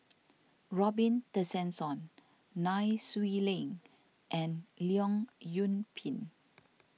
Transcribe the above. Robin Tessensohn Nai Swee Leng and Leong Yoon Pin